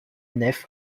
nef